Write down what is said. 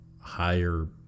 higher